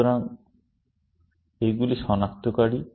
সুতরাং এইগুলি শনাক্তকারী